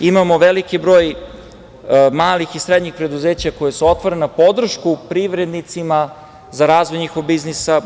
Imamo veliki broj malih i srednjih preduzeća koja su otvorena, podršku privrednicima za razvoj njihovog biznisa.